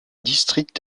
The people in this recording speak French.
district